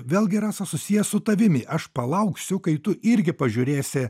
vėlgi rasa susijęs su tavimi aš palauksiu kai tu irgi pažiūrėsi